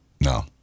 No